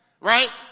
Right